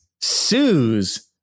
sues